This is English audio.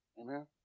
Amen